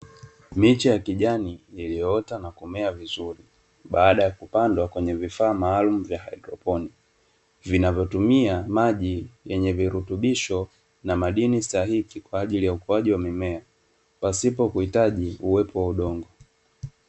Miche ya kijani iliyoota na kumea vizuri, baada ya kupandwa kwenye vifaa maalumu vya haidroponi, vinavyotumia maji yenye virutubisho na madini stahiki kwa ajili ya ukuaji wa mimea pasipo kuhitaji uwepo wa udongo.